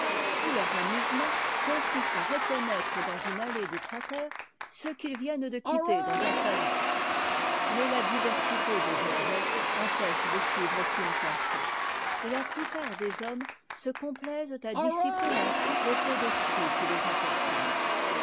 tout leur amusement consiste à reconnaître dans une allée du prater ceux qu'ils viennent de quitter dans un salon mais la diversité des objets empêche de suivre aucune pensée et la plupart des hommes se complaisent à dissiper ainsi les réflexions qui les importunent